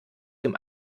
dem